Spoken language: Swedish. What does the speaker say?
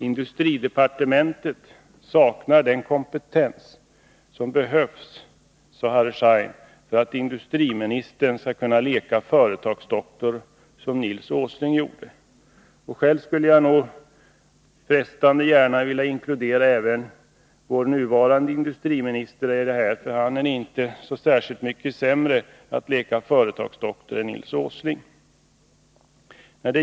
Industridepartementet saknar den kompetens som behövs för att industriministern skall kunna leka företagsdoktor som Nils Åsling gjorde.” Jag skulle nog gärna vilja inkludera även vår nuvarande industriminister i den beskrivningen. Han är inte särskilt mycket sämre att leka företagsdoktor än Nils Åsling var.